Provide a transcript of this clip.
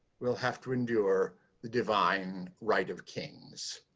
we'll have to endure the divine right of kings.